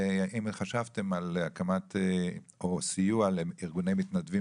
האם חשבתם על סיוע לארגוני מתנדבים